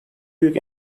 büyük